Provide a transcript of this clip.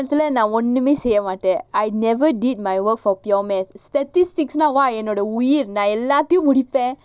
actual ah நான்ஒண்ணுமேசெய்யமாட்டேன்:nan onnume seyyamaten I never did my work for pure math statistics is not என்னுடையஉயிர்நான்எல்லாத்தையும்முடிப்பேன்:ennudaya uyir nan ellathayum mudipen